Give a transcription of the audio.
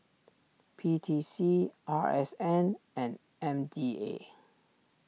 P T C R S N and M D A